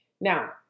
Now